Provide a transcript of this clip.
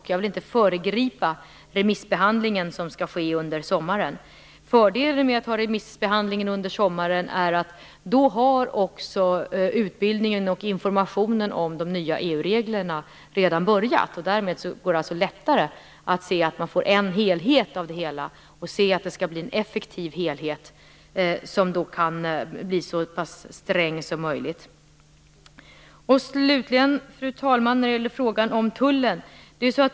Jag vill inte föregripa remissbehandlingen som skall ske under sommaren. Fördelen med att ha remissbehandlingen under sommaren är att utbildningen och informationen om de nya EU-reglerna då redan har börjat. Därmed går det lättare att se att man får en helhet av detta och att se att det skall bli en effektiv helhet som kan bli så sträng som möjligt. Slutligen, fru talman, frågan om Tullen.